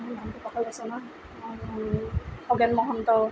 মই নামটো পাহৰি গৈছোঁ নহয় খগেন মহন্ত